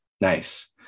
Nice